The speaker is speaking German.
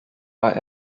war